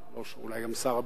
אולי גם שר הביטחון,